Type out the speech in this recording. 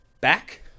back